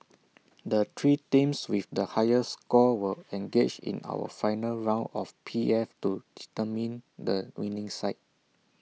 the three teams with the highest scores will engage in our final round of P F to determine the winning side